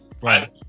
Right